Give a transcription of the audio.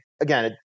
again